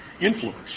influence